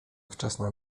wczesna